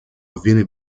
avviene